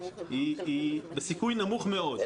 יש סיכוי נמוך מאוד לכך.